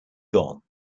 gone